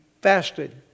fasted